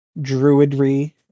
druidry